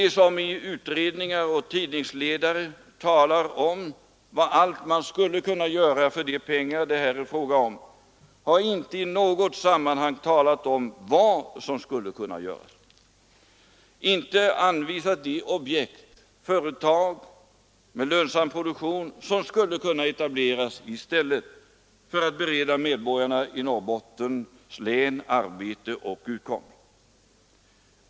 De som i utredningar och tidningsledare talar om vad allt man skulle kunna göra för de pengar det här är fråga om har inte i något sammanhang talat om vad som skulle kunna göras, inte anvisat de objekt — företag med lönsam produktion — som skulle kunna etableras i stället, för att bereda medborgarna i Norrbottens län arbete och utkomst.